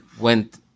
went